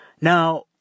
Now